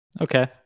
Okay